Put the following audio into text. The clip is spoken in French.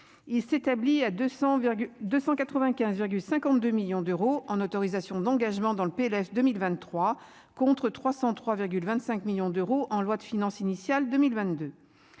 il s'établit à 200 295 52 millions d'euros en autorisations d'engagement dans le PLF 2023 contre 303 25 millions d'euros en loi de finances initiale 2022